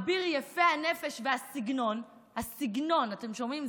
אביר יפי הנפש והסגנון, הסגנון, אתם שומעים?